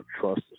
Trust